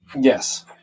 Yes